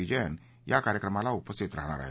विजयन या कार्यक्रमाला उपस्थित राहणार आहेत